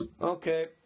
Okay